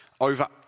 over